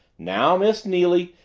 now, miss neily,